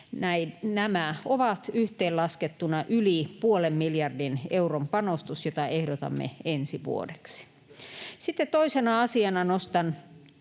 nämä ovat yhteenlaskettuna yli puolen miljardin euron panostus, jota ehdotamme ensi vuodeksi. Sitten toisena asiana nostan